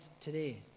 today